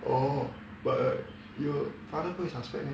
oh but your father 不会 suspect meh